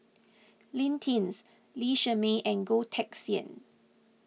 Lee Tjin Lee Shermay and Goh Teck Sian